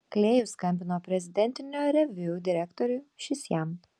klėjus skambino prezidentinio reviu direktoriui šis jam